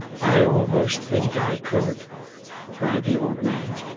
i almost think i could cried the old man,